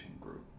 group